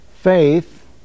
Faith